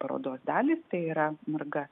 parodos dalys tai yra marga